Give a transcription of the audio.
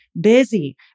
busy